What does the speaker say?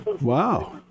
wow